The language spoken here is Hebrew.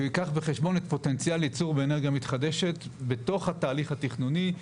שייקח בחשבון את פוטנציאל הייצור באנרגיה מתחדשת בתוך התהליך התכנוני,